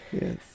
Yes